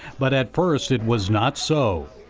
but at first it was not so.